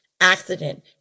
accident